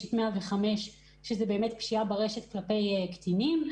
יש את 105 שמיועד למיגור פשיעה כלפי קטינים ברשת.